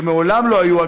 שמעולם לא היו,